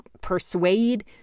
persuade